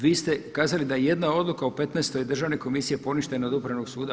Vi ste kazali da je jedna odluka u petnaestoj Državne komisije poništena od Upravnog suda.